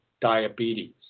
diabetes